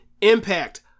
Impact